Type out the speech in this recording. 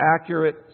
accurate